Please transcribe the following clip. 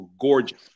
gorgeous